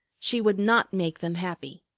she would not make them happy.